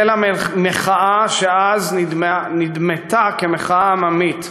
החלה מחאה, שאז נדמתה כמחאה עממית,